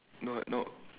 no no